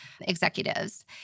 executives